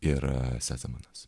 ir sezemanas